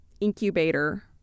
incubator